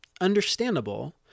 understandable